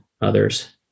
others